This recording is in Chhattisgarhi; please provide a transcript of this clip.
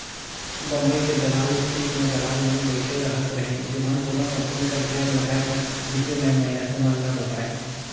बंबई के दलाल स्टीक में दलाल मन बइठे रहत रहिन जेमन कोनो कंपनी कर सेयर लगाए कर बिसे में मइनसे मन ल बतांए